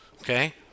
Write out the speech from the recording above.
Okay